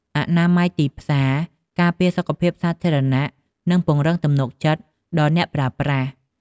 អនាម័យទីផ្សារអាចការពារសុខភាពសាធារណៈ និងពង្រឹងទំនុកចិត្តដល់អ្នកប្រើប្រាស់។